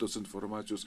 tos informacijos